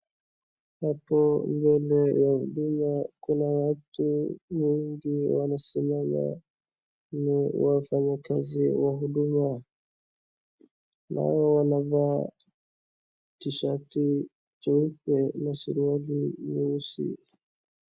Hapa mbele ya Huduma kuna watu wengi wanasimama. Ni wafanyi kazi wa Huduma. Nao wanavaa t-shirt ya jeupe na suruali nyeusi.